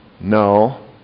No